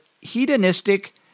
hedonistic